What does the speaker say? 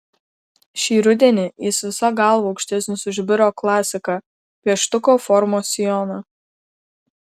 šį rudenį jis visa galva aukštesnis už biuro klasiką pieštuko formos sijoną